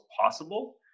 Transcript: possible